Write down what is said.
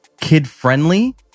kid-friendly